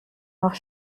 noch